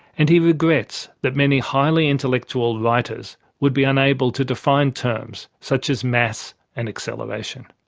and he regrets that many highly intellectual writers would be unable to define terms, such as mass and acceleration.